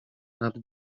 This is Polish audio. nad